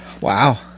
Wow